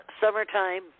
summertime